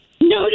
No